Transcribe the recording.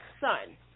son